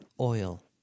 oil